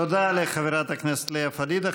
תודה לחברת הכנסת לאה פדידה.